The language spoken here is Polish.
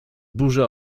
burzę